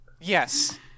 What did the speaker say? Yes